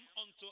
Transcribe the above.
unto